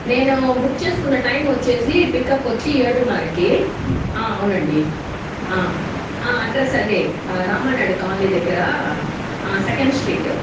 నేను బుక్ చేసుకున్న టైం వచ్చేసి పికప్ వచ్చి ఏడున్నర్రకి ఆ అవునండి ఆ ఆ అడ్రస్ అదే రామానాయుడు కాలనీ దగ్గర సెకండ్ స్ట్రీట్